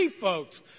folks